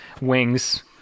Wings